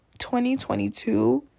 2022